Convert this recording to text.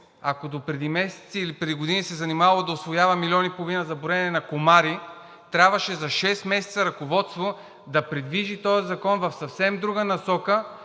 ако допреди месеци или преди години се е занимавало да усвоява милион и половина за броене на комари, трябваше за шест месеца ръководството да придвижи този закон в съвсем друга насока